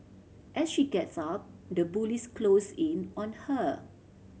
as she gets up the bullies close in on her